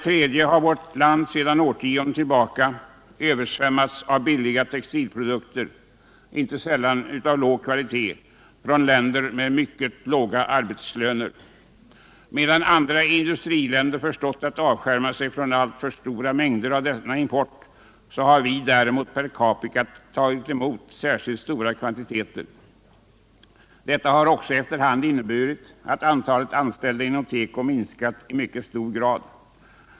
Vidare har vårt land sedan årtionden översvämmats av billiga textilprodukter — inte sällan av mycket låg kvalitet — från länder med mycket låga arbetslöner. Medan andra industriländer förstått att avskärma sig från alltför stora mängder av denna import har vi däremot per capita tagit emot särskilt stora kvantiteter. Detta har också efter hand inneburit att antalet anställda inom teko minskat i mycket hög grad.